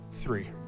three